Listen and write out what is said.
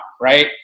right